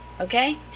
Okay